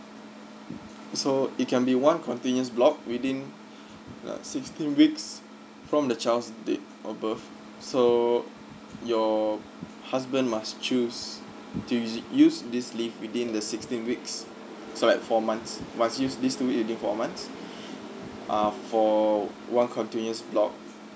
so it can be one continuous block within the sixteen weeks from the child's date of birth so your husband must choose to use it use this leave within the sixteen weeks so like four months he must use these two weeks within four months uh for one continuous block